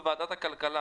בוועדת הכלכלה,